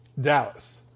Dallas